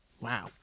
wow